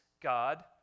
God